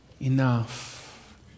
enough